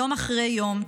יום אחר יום,